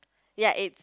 ya it's